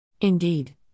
Indeed